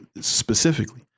specifically